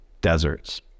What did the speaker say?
deserts